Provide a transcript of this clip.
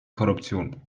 korruption